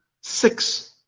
Six